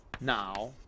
now